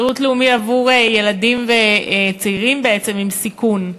שירות לאומי עבור ילדים, צעירים, בעצם, עם סיכון,